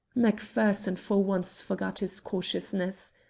macpherson for once forgot his cautiousness.